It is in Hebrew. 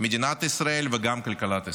מדינת ישראל וגם כלכלת ישראל.